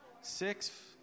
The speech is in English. Six